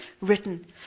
written